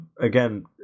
again